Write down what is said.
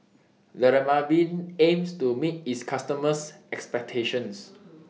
Dermaveen aims to meet its customers' expectations